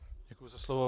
Děkuji za slovo.